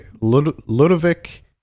Ludovic